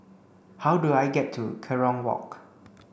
how do I get to Kerong Walk